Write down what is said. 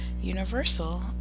Universal